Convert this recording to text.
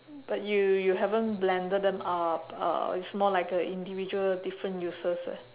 but you you haven't blended them up uh it's more like a individual different uses